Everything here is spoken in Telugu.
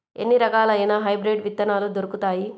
ఎన్ని రకాలయిన హైబ్రిడ్ విత్తనాలు దొరుకుతాయి?